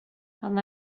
han